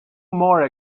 more